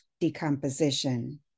decomposition